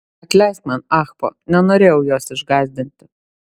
atleisk man ahpo nenorėjau jos išgąsdinti